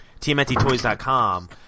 TMNTToys.com